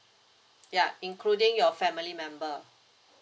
ya including your family member